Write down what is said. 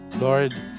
Lord